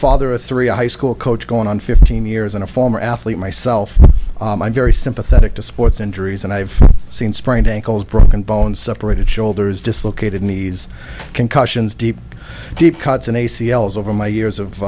father of three high school coach going on fifteen years and a former athlete myself i'm very sympathetic to sports injuries and i've seen sprained ankles broken bones separated shoulders dislocated knees concussions deep deep cuts an a c l as over my years of